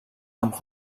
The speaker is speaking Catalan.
amb